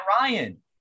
Ryan